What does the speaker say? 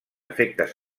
efectes